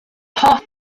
hoff